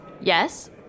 Yes